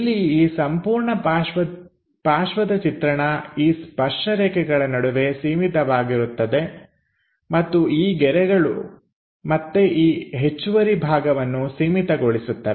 ಇಲ್ಲಿ ಈ ಸಂಪೂರ್ಣ ಪಾರ್ಶ್ವ ಚಿತ್ರಣ ಈ ಸ್ಪರ್ಶ ರೇಖೆಗಳ ನಡುವೆ ಸೀಮಿತವಾಗಿರುತ್ತದೆ ಮತ್ತು ಈ ಗೆರೆಗಳು ಮತ್ತೆ ಈ ಹೆಚ್ಚುವರಿ ಭಾಗವನ್ನು ಸೀಮಿತಗೊಳಿಸುತ್ತವೆ